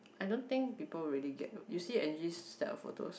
I don't think people really get it you see Angie their photos